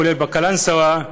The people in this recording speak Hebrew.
כולל בקלנסואה,